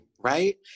right